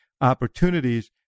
opportunities